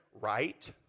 right